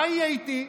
מה יהיה איתי?